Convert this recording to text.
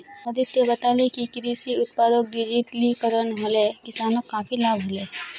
अदित्य बताले कि कृषि उत्पादक डिजिटलीकरण हले किसानक काफी लाभ हले